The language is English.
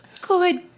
good